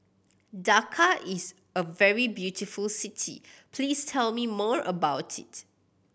Dakar is a very beautiful city please tell me more about it